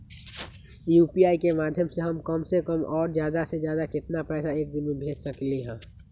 UPI के माध्यम से हम कम से कम और ज्यादा से ज्यादा केतना पैसा एक दिन में भेज सकलियै ह?